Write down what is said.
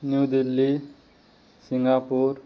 new Delhi Singapore